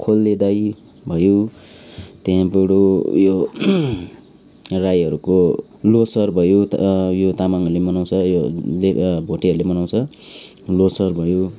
खोल्ले दाइ भयो त्यहाँबाट उयो भयो राईहरूको ल्होसार भयो यो तामाङहरुले मनाउँछ यो भोटेहरूले मनाउँछ ल्होसार भयो